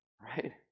right